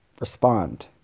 respond